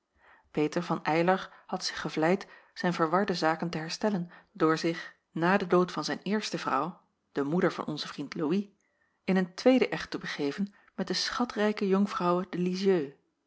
peter van eylar had zich gevleid zijn verwarde zaken te herstellen door zich na den dood van zijn eerste vrouw de moeder van onzen vriend louis in een tweeden echt te begeven met de schatrijke jonkvrouwe